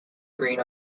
green